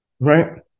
Right